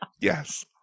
Yes